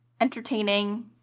entertaining